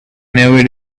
never